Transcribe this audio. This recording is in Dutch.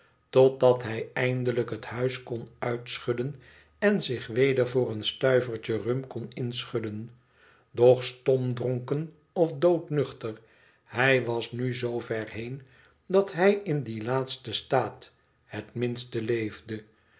totdat hij eindelijk het huis kon uitschudden en zich weder voor een stuivertje rum kon inschudden doch stomdronken of doodnuchter hij was nu zoo ver heen dat hij in dien laatsten staat het minste leefde